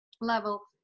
level